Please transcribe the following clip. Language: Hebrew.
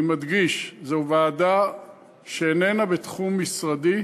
אני מדגיש, זו ועדה שאיננה בתחום משרדי,